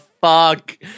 fuck